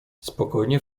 spokojnie